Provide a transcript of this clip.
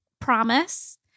promise